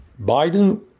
Biden